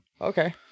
Okay